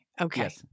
okay